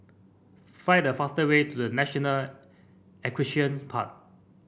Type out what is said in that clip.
find the faster way to The National Equestrian Park